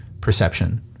perception